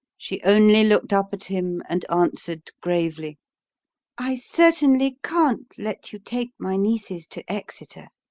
she only looked up at him and answered gravely i certainly can't let you take my nieces to exeter.